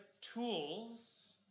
tools